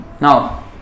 Now